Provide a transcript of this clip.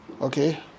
Okay